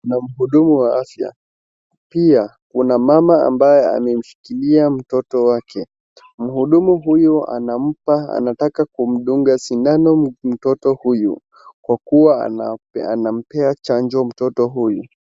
Kuna mhudumu wa afya. Pia kuna mama ambaye amemshikilia mtoto wake. Mhudumu huyu anataka kumdnga sindano mtoto huyu kwa kuwa anampea chanjo mtoto huyu.